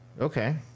Okay